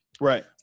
Right